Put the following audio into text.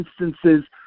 instances